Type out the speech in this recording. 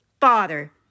Father